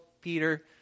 Peter